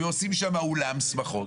ועושים שם אולם שמחות.